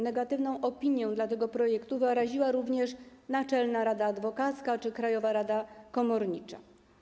Negatywną opinię tego projektu wyraziły również Naczelna Rada Adwokacka czy Krajowa Rada Komornicza.